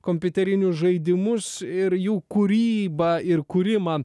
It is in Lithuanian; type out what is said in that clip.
kompiuterinius žaidimus ir jų kūrybą ir kūrimą